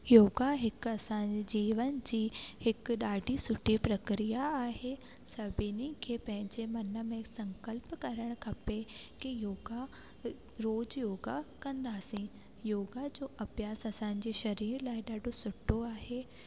योगा हिकु असांजे जीवन जी हिकु ॾाढी सुठी प्रक्रिया आहे सभिनी खे पंहिंजे मन में संकल्प करणु खपे कि योगा रोज़ु योगा कंदासीं योगा जो अभ्यासु असांजे शरीर लाइ ॾाढो सुठो आहे